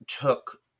took